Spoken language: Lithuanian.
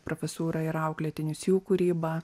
profesūrą ir auklėtinius jų kūrybą